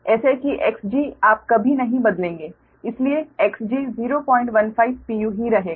ऐसे कि Xg आप कभी नहीं बदलेंगे इसलिए Xg 015 pu ही रहेगा